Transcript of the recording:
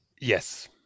yes